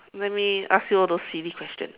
let me ask you all those silly questions